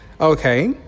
Okay